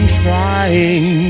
trying